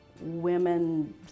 women